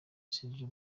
sergio